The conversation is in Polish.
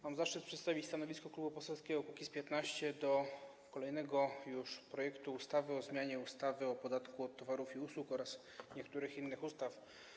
Mam zaszczyt przedstawić stanowisko Klubu Poselskiego Kukiz’15 wobec kolejnego już projektu ustawy o zmianie ustawy o podatku od towarów i usług oraz niektórych innych ustaw.